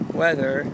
weather